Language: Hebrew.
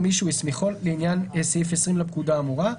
ומי שהוא הסמיכו לעניין סעיף 20 לפקודה האמורה.